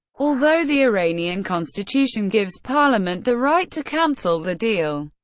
although the iranian constitution gives parliament the right to cancel the deal,